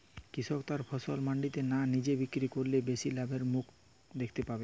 কৃষক তার ফসল মান্ডিতে না নিজে বিক্রি করলে বেশি লাভের মুখ দেখতে পাবে?